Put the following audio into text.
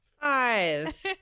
Five